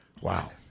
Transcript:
wow